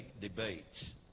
debates